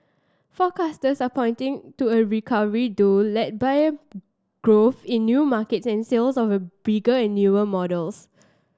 forecasters are pointing to a recovery though led by growth in new markets and sales of bigger and newer models